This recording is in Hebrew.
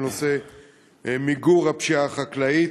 בנושא מיגור הפשיעה החקלאית,